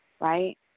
Right